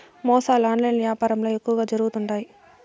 మోసాలు ఆన్లైన్ యాపారంల ఎక్కువగా జరుగుతుండాయి